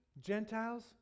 Gentiles